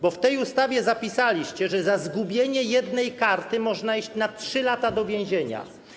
Bo w tej ustawie zapisaliście, że za zgubienie jednej karty można iść na 3 lata do więzienia.